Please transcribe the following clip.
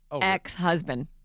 Ex-husband